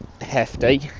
hefty